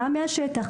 גם מהשטח,